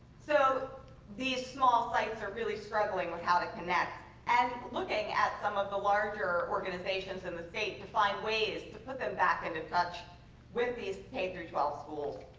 so these small sites are really struggling with how to connect and looking at some of the larger organizations in the state to find ways to put them back into touch with these k through twelve schools.